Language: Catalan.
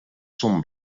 són